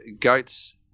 goats